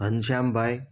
ઘનશ્યામ ભાઈ